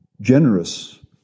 generous